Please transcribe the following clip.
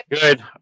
good